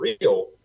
real